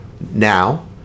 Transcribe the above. now